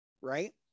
right